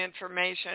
information